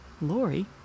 Lori